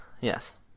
Yes